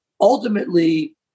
ultimately